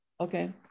Okay